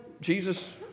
Jesus